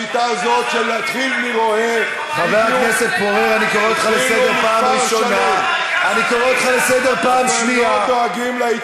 אתה הצבעת נגד, לכן, אני לא אלמד ממך שום דבר.